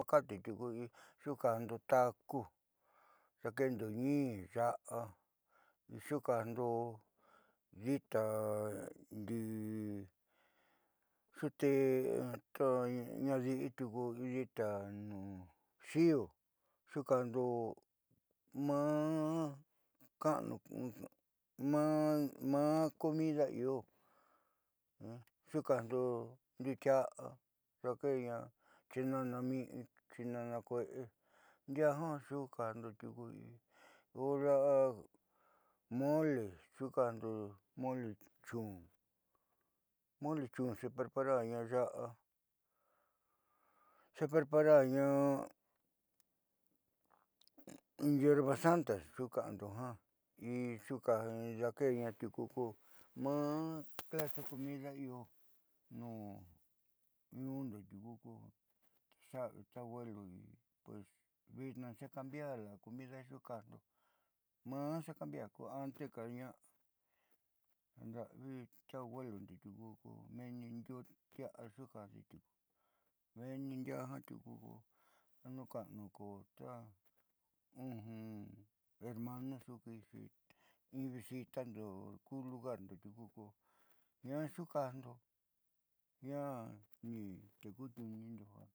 Xuukaajndo taaku dakeendo ñiin, ya'a xuukaajdo dita ndi'i xuuté ta ñaadi'i tiuku in dita nuu xío xuukaajndo maá ka'anu maá comida io xuukaajndo ndiuutia'a dakeeña chinanami'i, chinanakue'e ndiaa jiaa xuukaajndo tiuku y hora la'a mole xuukaajndo mole chun xeeprepararña ya'a xeeprepararña hierbasanta xuukaajndo ja y daakeeña tiuku ko ma'a plato comida io nuu ñuundo tiuku kotexa'avi ta huelu pues vitnaa xe kambiar la'a comida xuukaajndo maá xekambiar ko ante ka na'a nda'avi ta huelu tiuku ko menni, ndiuutia'a xuukaajde tiuku menni ndiaa tiuku ko anuka'anu kota hermanu xuukiixi in visitando ku lularndo tiuku kojiaa xuukajndo jiaa ni tekuniunindo ja xuukajndo tiuku ko pues ndiaá takaaba ta takaaba tiempu takaaba tiempu da'ama la'a comidando vitnaa ko ndiaá xundiuva'a ta señora xuundiuukundo cocinera xuukando in compromiso jandeku ku lugamdo tiuku ko pues meenña xeeva'a xepreparar jiaa ko anuuka'anu.